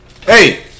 Hey